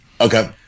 Okay